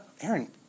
Aaron